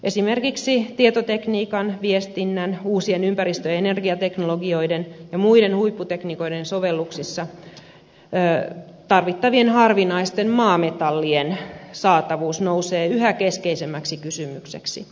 esimerkiksi tietotekniikan viestinnän uusien ympäristö ja energiateknologioiden ja muiden huipputekniikoiden sovelluksissa tarvittavien harvinaisten maametallien saatavuus nousee yhä keskeisemmäksi kysymykseksi